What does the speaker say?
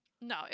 No